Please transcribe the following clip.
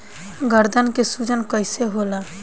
गर्दन के सूजन कईसे होला?